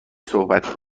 صحبت